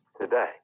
today